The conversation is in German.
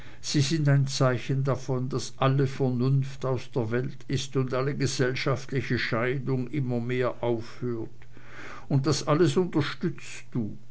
sie sind ein zeichen davon daß alle vernunft aus der welt ist und alle gesellschaftliche scheidung immer mehr aufhört und das alles unterstützt du